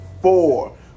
Four